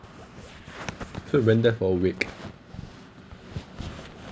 so you went there for a week